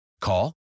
Call